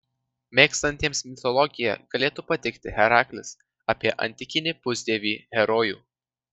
mėgstantiems mitologiją galėtų patikti heraklis apie antikinį pusdievį herojų